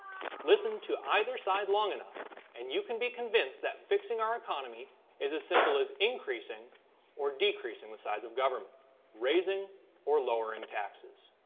listen to either side long enough and you can be convinced that fixing our economy is as simple as increasing or decreasing the size of government raising or lowering taxes.